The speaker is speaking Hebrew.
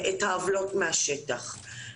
את העוולות מהשטח.